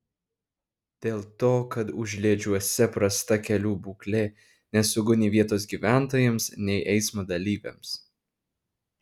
dėl to kad užliedžiuose prasta kelių būklė nesaugu nei vietos gyventojams nei eismo dalyviams